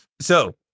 So-